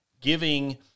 giving